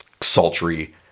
sultry